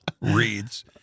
reads